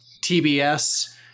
TBS